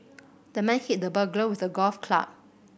the man hit the burglar with a golf club